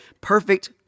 perfect